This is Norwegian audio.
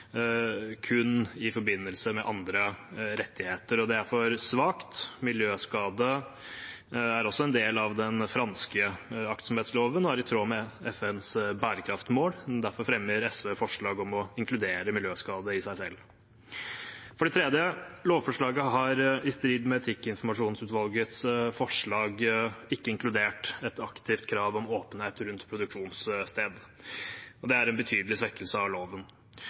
kun i forbindelse med andre rettigheter. Det er for svakt. Miljøskade er også en del av den franske aktsomhetsloven og er i tråd med FNs bærekraftsmål. Derfor fremmer SV forslag om å inkludere miljøskade i seg selv. For det tredje har lovforslaget i strid med etikkinformasjonsutvalgets forslag ikke inkludert et aktivt krav om åpenhet rundt produksjonssted. Det er en betydelig svekkelse av loven.